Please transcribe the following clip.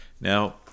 Now